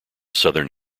southern